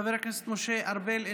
חבר הכנסת משה ארבל,